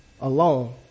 alone